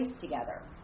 together